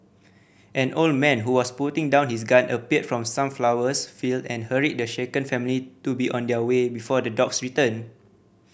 an old man who was putting down his gun appeared from the sunflowers field and hurried the shaken family to be on their way before the dogs return